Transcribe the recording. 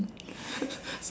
mm